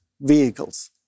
vehicles